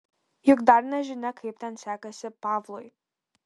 juk dar nežinia kaip ten sekasi pavlui